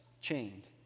chained